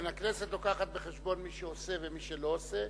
כן, הכנסת מביאה בחשבון מי שעושה ומי שלא עושה,